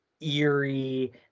eerie